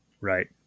Right